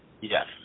Yes